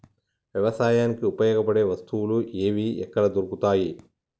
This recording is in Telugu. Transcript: వ్యవసాయానికి ఉపయోగపడే వస్తువులు ఏవి ఎక్కడ దొరుకుతాయి?